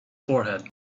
forehead